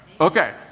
Okay